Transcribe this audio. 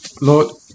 Lord